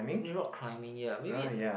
rock climbing ya maybe